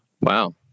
Wow